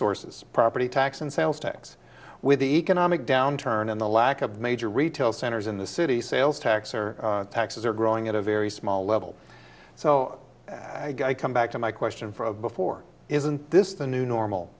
sources property tax and sales tax with the economic downturn and the lack of major retail centers in the city sales tax or taxes are growing at a very small level so i come back to my question for a before isn't this the new normal